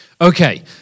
Okay